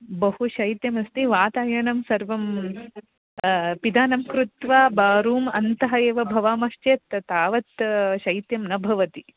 बहु शैत्यमस्ति वातायनं सर्वं पिधानं कृत्वा ब रूम् अन्ते एव भवामश्चेत् तावत् शैत्यं न भवति